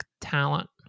talent